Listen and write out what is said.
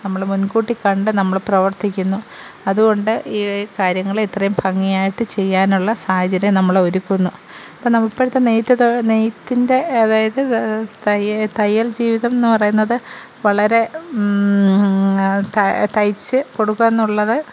നമ്മൾ മുന്കൂട്ടി കണ്ട് നമ്മൾ പ്രവര്ത്തിക്കുന്നു അതുകൊണ്ട് ഈ കാര്യങ്ങൾ ഇത്രയും ഭംഗിയായിട്ട് ചെയ്യാനുള്ള സാഹചര്യം നമ്മൾ ഒരുക്കുന്നു ഇപ്പോൾ നമ് ഇപ്പോഴത്തെ നെയ്ത്ത് ത നെയ്ത്തിന്റെ അതായത് തയ്യ തയ്യല് ജീവിതം എന്ന് പറയുന്നത് വളരെ തയ്ച്ച് കൊടുക്കുക എന്നുള്ളത്